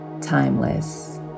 timeless